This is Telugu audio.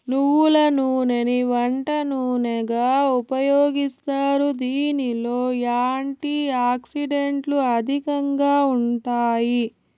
నువ్వుల నూనెని వంట నూనెగా ఉపయోగిస్తారు, దీనిలో యాంటీ ఆక్సిడెంట్లు అధికంగా ఉంటాయి